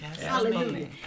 Hallelujah